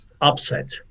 upset